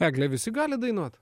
eglė visi gali dainuot